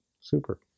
Super